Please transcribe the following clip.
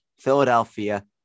Philadelphia